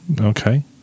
Okay